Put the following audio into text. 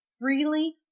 freely